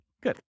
Good